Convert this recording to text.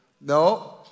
no